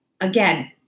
again